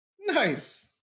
Nice